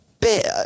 bit